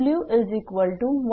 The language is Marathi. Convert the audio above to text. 16 आहे